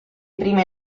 prime